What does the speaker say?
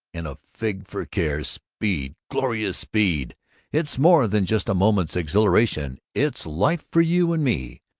and a fig for care. speed glorious speed it's more than just a moment's exhilaration it's life for you and me!